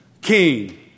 king